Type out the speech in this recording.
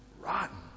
rotten